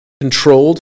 controlled